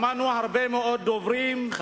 שמענו הרבה מאוד דוברים.